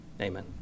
Amen